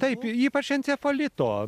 taip ypač encefalito